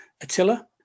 attila